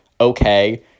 okay